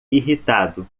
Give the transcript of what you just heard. irritado